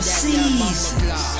seasons